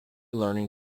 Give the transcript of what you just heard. learning